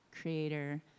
creator